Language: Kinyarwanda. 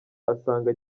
asanga